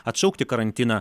atšaukti karantiną